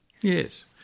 Yes